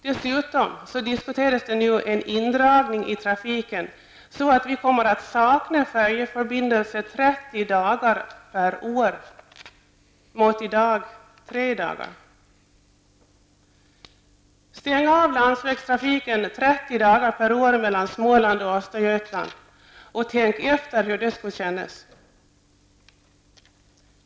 Dessutom diskuteras indragning i trafiken så att vi kommer att sakna färjeförbindelse 30 dagar/år mot i dag tre dagar. Småland och Östergötland, och tänk efter hur det skulle kännas!